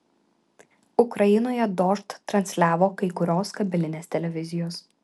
ukrainoje dožd transliavo kai kurios kabelinės televizijos